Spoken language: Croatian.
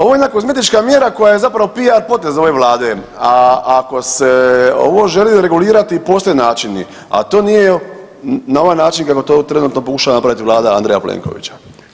Ovo je jedna kozmetička mjera koja je zapravo PR potez ove vlade, a ako se ovo želi regulirati postoje načini, a to nije na ovaj način kako to trenutno pokušava napraviti vlada Andreja Plenovića.